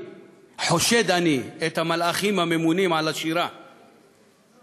"חושד אני את המלאכים הממונים על היכל השירה שמיראתם",